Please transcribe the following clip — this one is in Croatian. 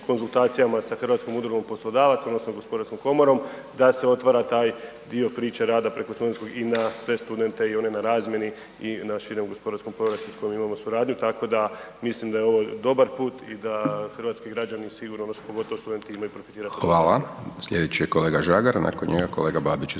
konzultacijama sa Hrvatskom udrugom poslodavaca odnosno gospodarskom komorom da se otvara taj dio priče rada preko studentskog i na sve studente i one na razmjeni i na širem gospodarskom …/Govornik se ne razumije/…imamo suradnju, tako da mislim da je ovo dobar put i da hrvatski građani sigurno odnosno pogotovo studenti imaju …/Govornik se ne razumije/… **Hajdaš Dončić, Siniša (SDP)** Hvala. Slijedeći je kolega Žagar, nakon njega kolega Babić,